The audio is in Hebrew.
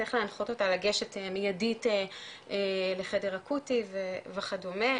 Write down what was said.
איך להנחות אותה לגשת מיידית לחדר אקוטי וכדומה,